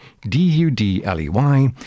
D-U-D-L-E-Y